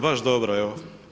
baš dobro evo.